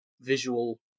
visual